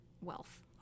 wealth